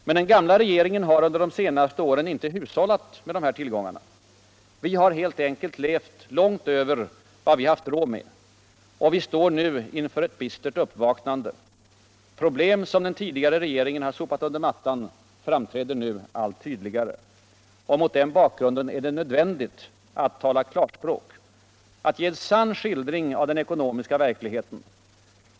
Men den gamla regeringen har under de senaste åren inte hushållat med dessa uillgångar. Vi har helt enkelt levt långt över vad vi haft råd med. Och vi står nu inför ett bistert uppvaknande. Problem som den tidigare regeringen har sopat under mattan framträder nu allt tydhigare. Mot den bakgrunden är det nödviändigt att tala klärspråk, att ge en sunn skildring av den eckonomiska verkligheten.